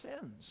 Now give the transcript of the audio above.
sins